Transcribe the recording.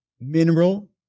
mineral